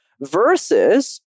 Versus